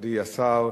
מכובדי השר,